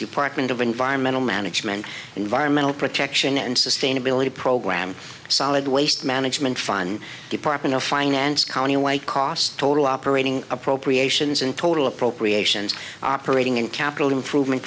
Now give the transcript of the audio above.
department of environmental management environmental protection and sustainability programme solid waste management fun department of finance county away costs total operating appropriations and total appropriations operating and capital improvement